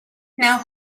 now